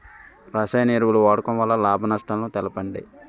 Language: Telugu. రసాయన ఎరువుల వాడకం వల్ల లాభ నష్టాలను తెలపండి?